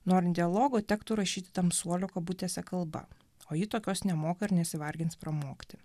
norint dialogo tektų rašyti tamsuolio kabutėse kalba o ji tokios nemoka ir nesivargins pramokti